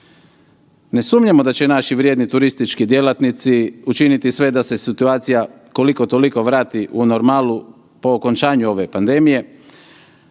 Ne sumnjamo da će naši vrijedni turistički djelatnici učiniti sve da se situacija koliko-toliko vrati u normalu po okončanju ove pandemije,